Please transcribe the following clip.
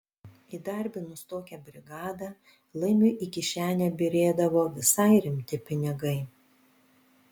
įdarbinus tokią brigadą laimiui į kišenę byrėdavo visai rimti pinigai